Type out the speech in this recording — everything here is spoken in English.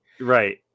right